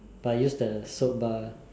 but I use the soap bar